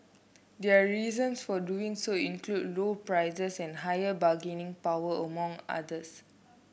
their reasons for doing so include low prices and higher bargaining power among others